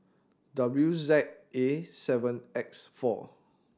W Z A seven X four